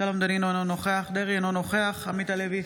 אבי דיכטר, אינו נוכח גלית דיסטל אטבריאן,